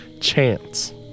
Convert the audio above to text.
chance